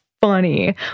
funny